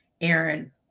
Aaron